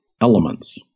elements